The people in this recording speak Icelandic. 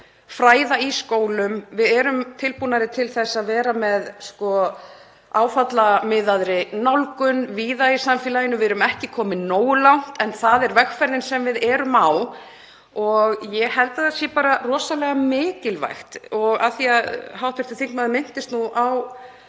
fræða í skólum. Við erum tilbúnari til þess að vera með áfallamiðaðri nálgun víða í samfélaginu. Við erum ekki komin nógu langt en það er vegferðin sem við erum á og ég held að hún sé rosalega mikilvæg. Af því að hv. þingmaður minntist á